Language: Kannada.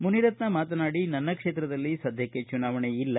ಮುನಿರತ್ನ ಮಾತನಾಡಿ ನನ್ನ ಕ್ಷೇತ್ರದಲ್ಲಿ ಸದ್ಯಕ್ಷೆ ಚುನಾವಣೆ ಇಲ್ಲ